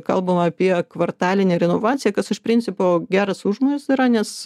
kalbama apie kvartalinę renovaciją kas iš principo geras užmojis yra nes